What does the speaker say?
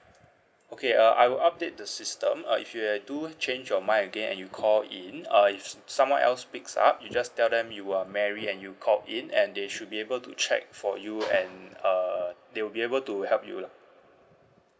okay uh I will update the system uh if you do change your mind again you call in uh if someone else picks up you just tell them you are mary and you called in and they should be able to check for you and err they will be able to help you lah